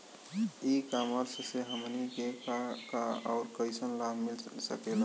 ई कॉमर्स से हमनी के का का अउर कइसन लाभ मिल सकेला?